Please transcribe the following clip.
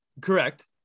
correct